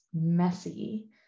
messy